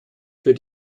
für